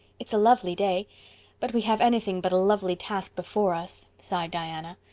it's a lovely day but we have anything but a lovely task before us, sighed diana.